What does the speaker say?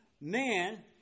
man